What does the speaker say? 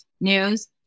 news